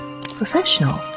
professional